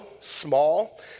small